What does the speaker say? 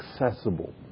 accessible